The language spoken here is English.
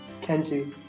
Kenji